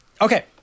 Okay